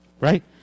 Right